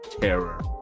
terror